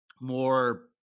more